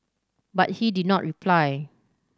but he did not reply